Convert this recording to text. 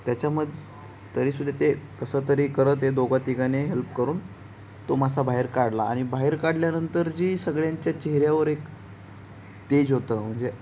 त्याच्याम तरीसुद्धा ते कसंतरी करत हे दोघा तिघानी हेल्प करून तो मासा बाहेर काढला आणि बाहेर काढल्यानंतर जी सगळ्यांच्या चेहऱ्यावर एक तेज होतं म्हणजे